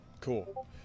cool